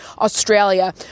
Australia